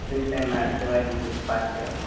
இல்லைங்க சார் நான் அடுத்த வாட்டி பார்த்துக்கிறேன்